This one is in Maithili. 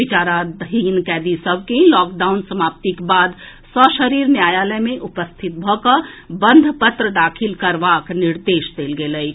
विचाराधीन कैदी सभ के लॉकडाउन समाप्तिक बाद सशरीर न्यायालय मे उपस्थित भऽ कऽ बंध पत्र दाखिल करबाक निर्देश देल गेल अछि